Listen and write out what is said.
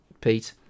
Pete